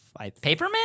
Paperman